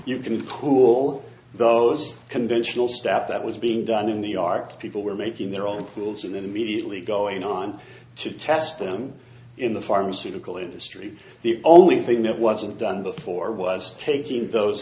you can cool those conventional stuff that was being done in the ark people were making their own rules and immediately go in on to test them in the pharmaceutical industry the only thing that wasn't done before was taking those